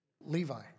Levi